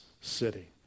city